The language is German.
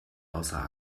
außer